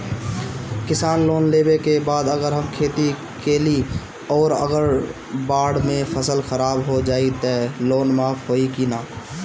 किसान लोन लेबे के बाद अगर हम खेती कैलि अउर अगर बाढ़ मे फसल खराब हो जाई त लोन माफ होई कि न?